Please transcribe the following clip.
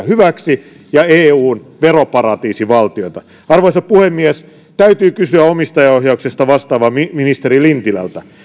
hyväksi yhtiöjärjestelyjä ja eun veroparatiisivaltiota arvoisa puhemies täytyy kysyä omistajaohjauksesta vastaavalta ministeri lintilältä